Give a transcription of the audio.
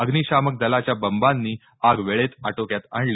अग्निशामक दलाच्या बंबांनी आग वेळेत आटोक्यात आणली